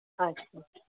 अच्छा